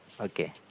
okay